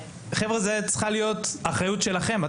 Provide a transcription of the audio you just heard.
חבר'ה, זאת צריכה להיות האחריות שלכם.